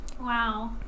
wow